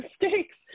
mistakes